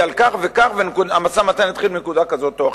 על כך וכך והמשא-ומתן יתחיל מנקודה כזאת או אחרת.